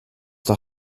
der